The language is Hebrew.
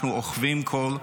אנחנו אוכפים כל הפרה,